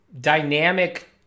dynamic